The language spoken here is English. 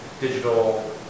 digital